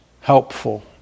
helpful